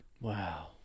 Wow